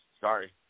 Sorry